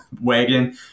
wagon